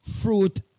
fruit